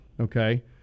okay